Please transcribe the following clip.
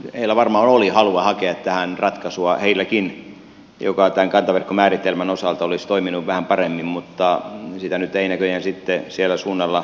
heilläkin varmaan oli halua hakea tähän ratkaisua joka tämän kantaverkkomääritelmän osalta olisi toiminut vähän paremmin mutta sitä nyt ei näköjään sitten siellä suunnalla löydetty